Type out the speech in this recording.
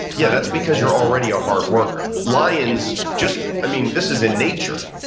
yeah, that's because you're already a hard worker. lions just, i mean, this is in nature.